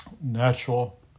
Natural